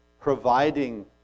providing